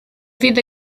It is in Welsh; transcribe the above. fydd